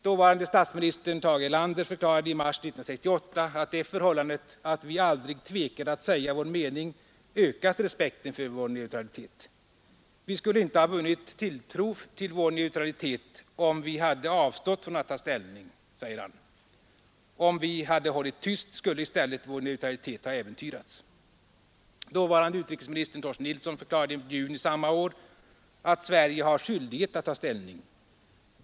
Dåvarande statsministern Tage Erlander förklarade i mars 1968 att det förhållandet att vi aldrig tvekat säga vår mening ökat respekten för vår neutralitet. ”Vi skulle inte ha vunnit tilltro till vår neutralitet, om vi hade avstått från att ta ställning. Om vi hade hållit tyst skulle i stället vår neutralitet ha äventyrats”, säger han. Dåvarande utrikesministern Torsten Nilsson förklarade i juni samma år att Sverige har skyldighet att ta ställning.